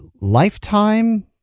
Lifetime